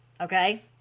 Okay